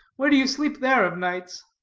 where do you sleep there of nights?